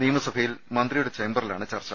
നിയമസഭയിൽ മന്ത്രിയുടെ ചേംബറിലാണ് ചർച്ച